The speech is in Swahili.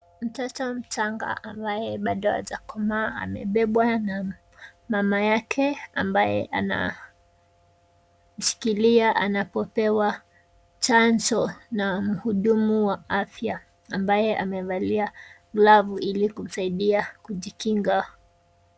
Mtoto mchanga ambaye bado hajakomaa amebebwa na mama yake ambaye anamshikilia anapopewa chanjo na mhudumu wa afya ambaye amevalia glavu ili kumsaidia kujikinga.